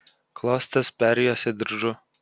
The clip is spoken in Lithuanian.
klostes perjuosė diržu